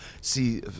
see